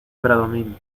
bradomín